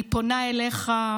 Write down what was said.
אני פונה אליך,